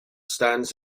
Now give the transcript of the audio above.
stands